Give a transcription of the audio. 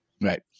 Right